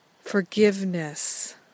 forgiveness